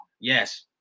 Yes